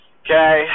okay